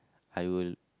I will